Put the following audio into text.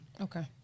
okay